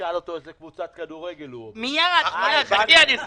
מלבד העובדה שהבניין הזה